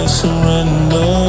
surrender